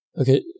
Okay